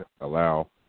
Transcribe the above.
allow –